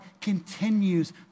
continues